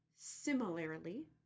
similarly